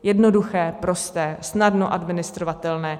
Jednoduché, prosté, snadno administrovatelné.